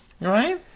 right